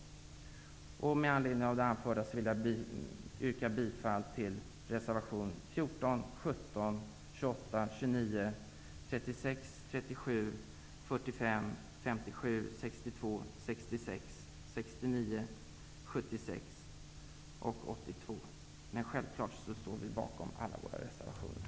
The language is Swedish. Då kan det nog fixa sig även nästa gång. Trevlig sommar! 69, 76 och 82, men självfallet står vi bakom alla våra reservationer.